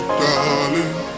darling